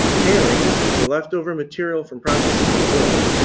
tailings, the leftover material from processing the ore,